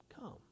come